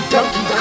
Donkey